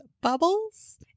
Bubbles